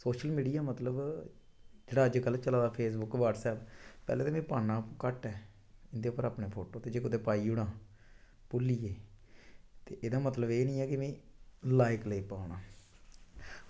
social media मतलब जेह्ड़ा अज्जकल चला दा फेसबुक व्हाट्सएप पैह्लें ते पाना घट्ट ऐ इंदे उप्पर अपना फोटो जे कुदै पाई लैना भुल्लियै ते एह्दा मतलब एह् निं ऐ कि लाईक लेई पाना